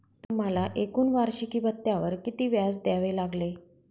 तुम्हाला एकूण वार्षिकी भत्त्यावर किती व्याज द्यावे लागले